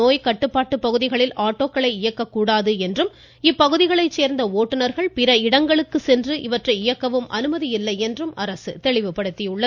நோய்க்கட்டுப்பாட்டு இருப்பினும் பகுதிகளில் ஆட்டோக்களை இயக்கக்கூடாது மற்றும் இப்பகுதிகளைச் சோ்ந்த ஓட்டுநர்கள் பிற இடங்களுக்கு சென்று இவற்றை இயக்கவும் அனுமதி இல்லை என்றும் அரசு தெரிவித்துள்ளது